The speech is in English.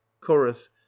chorus